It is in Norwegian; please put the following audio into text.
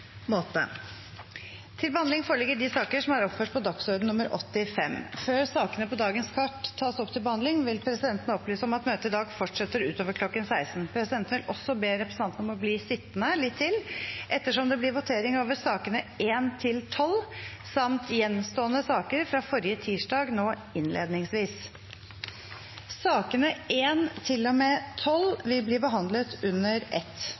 Før sakene på dagens kart tas opp til behandling, vil presidenten opplyse om at møtet i dag fortsetter utover kl. 16. Presidenten vil også be representantene om å bli sittende litt til ettersom det blir votering over sakene nr. 1–12 samt gjenstående saker fra forrige tirsdag nå innledningsvis. Sakene nr. 1–12 behandles under ett.